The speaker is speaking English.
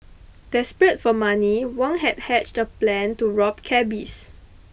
desperate for money Wang had hatched a plan to rob cabbies